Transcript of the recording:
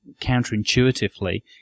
counterintuitively